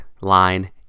line